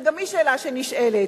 שגם היא שאלה שנשאלת,